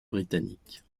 britanniques